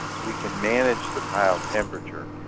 we can manage the pile temperature.